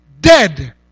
dead